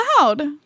loud